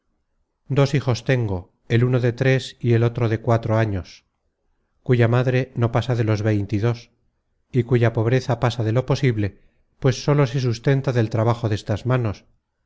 dos hijos tengo el uno de tres y el otro de cuatro años cuya madre no pasa de los veinte y dos y cuya pobreza pasa de lo posible pues sólo se sustentaba del trabajo destas manos